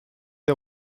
des